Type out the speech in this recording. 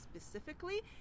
specifically